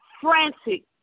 frantic